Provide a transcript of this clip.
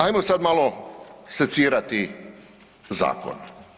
Ajmo sad malo secirati zakon.